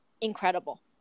incredible